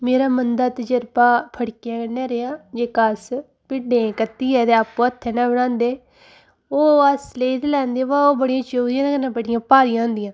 मेरा मंदा तजरबा फड़कें कन्नै रेहा जेह्का अस भिड्ढें गी कत्तियै ते आपूं हत्थें कन्नै बनांदे ओह् अस लेई ते लैंदे पर बड़ी ओह् चुभदियां ते कन्नै बड़ियां भारियां होंदियां